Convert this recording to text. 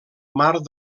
marc